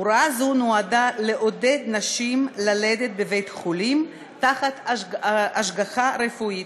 הוראה זו נועדה לעודד נשים ללדת בבית-חולים תחת השגחה רפואית.